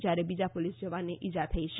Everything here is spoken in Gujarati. જ્યારે બીજા પોલીસ જવાનને ઇજા થઈ છે